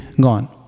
gone